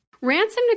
Ransom